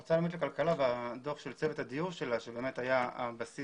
המועצה הלאומית לכלכלה והדוח של צוות הדיור שלה שבאמת היה הבסיס